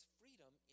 freedom